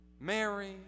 Mary